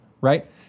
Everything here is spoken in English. Right